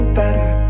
better